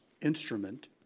instrument